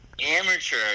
Amateur